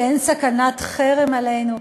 שאין סכנת חרם עלינו?